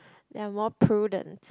ya more prudent